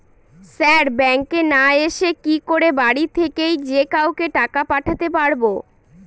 Sir ব্যাঙ্কে না এসে কি করে বাড়ি থেকেই যে কাউকে টাকা পাঠাতে পারবো?